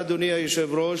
אדוני היושב-ראש,